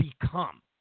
become